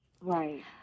right